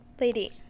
Lady